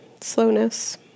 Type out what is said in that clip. Slowness